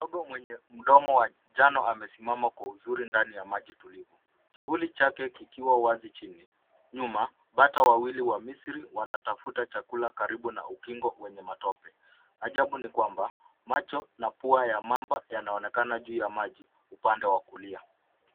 Mamba mwenye mdomo wa njano amesimama kwa uzuri ndani ya maji tulivu. Kivuli chake kikiwa chini. Nyuma, bata wawili wa misri wanatafuta chakula karibu na ukingo wenye matope. Ajabu ni kwamba, macho na pua ya mamba yanaonekana juu ya maji, upande wa kulia.